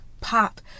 pop